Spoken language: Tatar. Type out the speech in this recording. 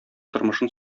тормышын